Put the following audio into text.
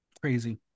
Crazy